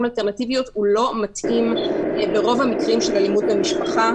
אלטרנטיביות לא מתאים ברוב המקרים של אלימות במשפחה.